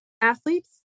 athletes